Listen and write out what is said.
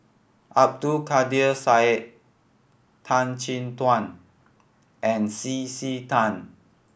Abdul Kadir Syed Tan Chin Tuan and C C Tan